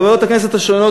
בוועדות הכנסת השונות,